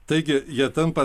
taigi jie tampa